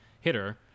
hitter